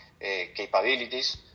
capabilities